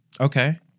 Okay